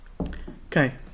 Okay